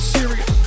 Serious